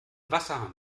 wasserhahn